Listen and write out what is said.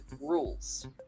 rules